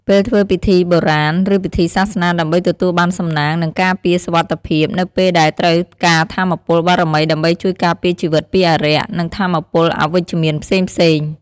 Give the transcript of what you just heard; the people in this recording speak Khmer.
ពេលធ្វើពិធីបុរាណ ឬពិធីសាសនា ដើម្បីទទួលបានសំណាង និងការពារសុវត្ថិភាព នៅពេលដែលត្រូវការថាមពលបារមីដើម្បីជួយការពារជីវិតពីអារក្ស និងថាមពលអវិជ្ជមានផ្សេងៗ។